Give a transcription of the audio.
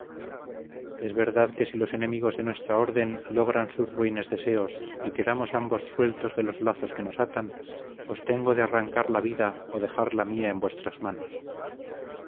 en verdad que si los enemigos de nuestra orden logran sus ruines deseos y quedamos ambos sueltos de los lazos que nos atan os tengo de arrancar la vida o dejar la mía en vuestras manos